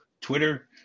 Twitter